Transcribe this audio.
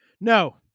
No